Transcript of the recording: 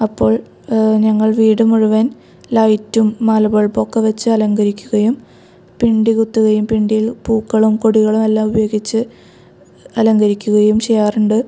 അപ്പോൾ ഞങ്ങൾ വീട് മുഴുവൻ ലൈറ്റും മാല ബൾബൊക്കെ വച്ച് അലങ്കരിക്കുകയും പിണ്ടി കുത്തുകയും പിണ്ടിയിൽ പൂക്കളും കൊടികളും എല്ലാം ഉപയോഗിച്ച് അലങ്കരിക്കുകയും ചെയ്യാറുണ്ട്